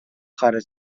خارج